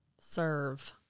serve